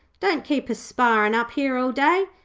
don't keep us sparrin up here all day.